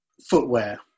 footwear